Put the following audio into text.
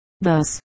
Thus